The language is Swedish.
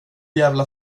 jävla